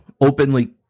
openly